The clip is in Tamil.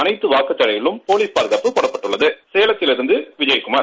அனைத்துவாக்குச்சாவடிகளிலும் போலீஸ் பாதுகாப்பு போடப்பட்டுள்ளது சேலத்திலிருந்துவிஜயகுமார்